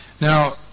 Now